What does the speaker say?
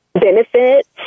benefits